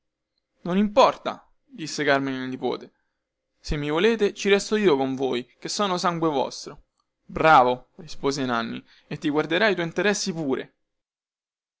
non importa disse carmine il nipote se mi volete ci resto io a curarvi che sono sangue vostro bravo rispose nanni e ti guarderai i tuoi interessi pure